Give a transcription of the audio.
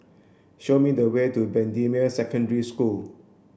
show me the way to Bendemeer Secondary School